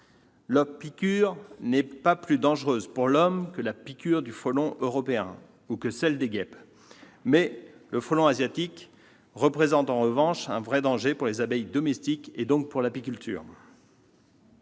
piqûre n'est pas plus dangereuse pour l'homme que la piqûre du frelon européen ou que celle des guêpes. En revanche, les frelons asiatiques représentent un vrai danger pour les abeilles domestiques, donc pour l'apiculture.